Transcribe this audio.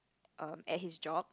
um at his job